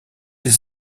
les